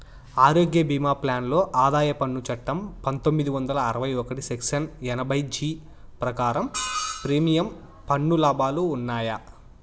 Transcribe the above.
ఆరోగ్య భీమా ప్లాన్ లో ఆదాయ పన్ను చట్టం పందొమ్మిది వందల అరవై ఒకటి సెక్షన్ ఎనభై జీ ప్రకారం ప్రీమియం పన్ను లాభాలు ఉన్నాయా?